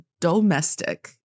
domestic